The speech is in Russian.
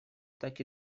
так